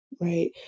Right